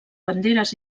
banderes